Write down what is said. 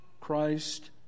Christ